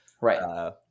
Right